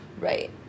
Right